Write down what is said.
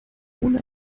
ohne